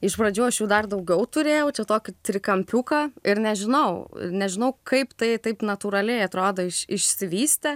iš pradžių aš jų dar daugiau turėjau čia tokį trikampiuką ir nežinau nežinau kaip tai taip natūraliai atrodo iš išsivystė